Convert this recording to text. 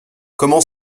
comment